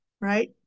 right